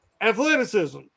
athleticism